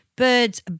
Bird's